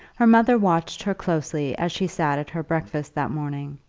her mother watched her closely as she sat at her breakfast that morning,